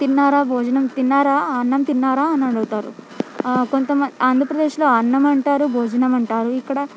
తిన్నారా భోజనం తిన్నారా అన్నం తిన్నారా అని అడుగుతారు కొంతమం ఆంధ్రప్రదేశ్లో అన్నం అంటారు భోజనం అంటారు ఇక్కడ